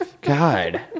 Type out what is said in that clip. God